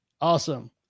awesome